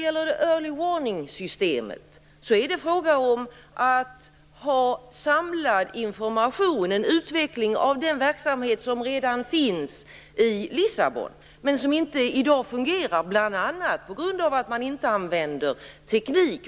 Early warning-systemet bygger på att ha samlad information, en utveckling av den verksamhet som redan finns i Lissabon men som i dag inte fungerar, bl.a. på grund av att man inte använder modern teknik.